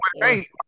hey